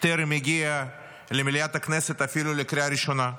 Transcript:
טרם הגיע למליאת הכנסת אפילו לקריאה ראשונה.